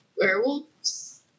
werewolves